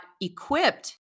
equipped